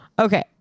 okay